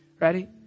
Ready